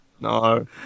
No